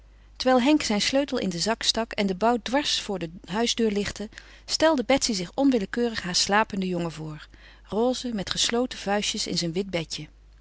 terwijl henk zijn sleutel in den zak stak en den bout dwars voor de huisdeur lichtte stelde betsy zich onwillekeurig haar slapenden jongen voor roze met gesloten vuistjes in zijn wit bedje